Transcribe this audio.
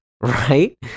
Right